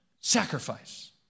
sacrifice